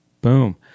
Boom